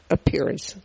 Appearance